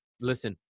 Listen